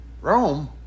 Rome